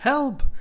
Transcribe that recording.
help